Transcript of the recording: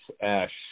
Ash